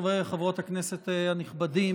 חברי וחברות הכנסת הנכבדים,